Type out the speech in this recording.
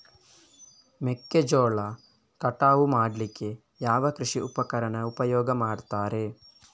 ಮೆಕ್ಕೆಜೋಳ ಕಟಾವು ಮಾಡ್ಲಿಕ್ಕೆ ಯಾವ ಕೃಷಿ ಉಪಕರಣ ಉಪಯೋಗ ಮಾಡ್ತಾರೆ?